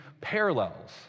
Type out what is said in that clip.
parallels